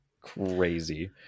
crazy